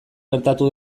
gertatu